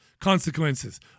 consequences